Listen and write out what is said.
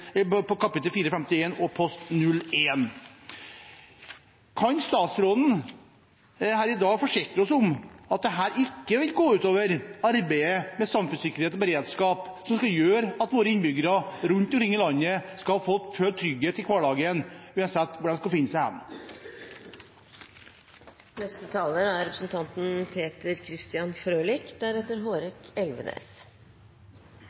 Kan statsråden i dag forsikre oss om at dette ikke vil gå ut over arbeidet med samfunnssikkerhet og beredskap, som skal gjøre at våre innbyggere rundt omkring i landet skal føle trygghet i hverdagen, uansett hvor de skulle befinne seg